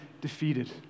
defeated